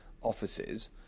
offices